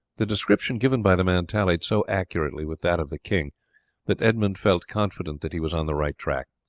the description given by the man tallied so accurately with that of the king that edmund felt confident that he was on the right track.